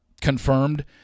confirmed